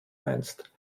meinst